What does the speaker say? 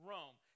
Rome